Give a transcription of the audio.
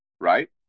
right